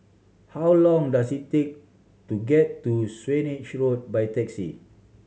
how long does it take to get to Swanage Road by taxi